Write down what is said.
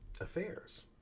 affairs